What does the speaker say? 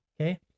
okay